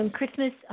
Christmas